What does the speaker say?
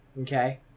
Okay